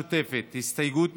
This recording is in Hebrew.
מיקי רוזנטל, רויטל סויד,